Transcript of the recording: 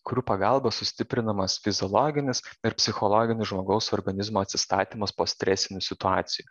kurių pagalba sustiprinamas fiziologinis ir psichologinis žmogaus organizmo atsistatymas po stresinių situacijų